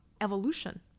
evolution